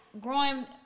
growing